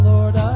Lord